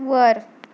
वर